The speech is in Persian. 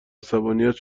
عصبانیت